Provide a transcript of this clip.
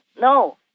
No